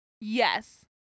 yes